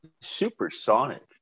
Supersonic